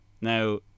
now